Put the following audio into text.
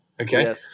Okay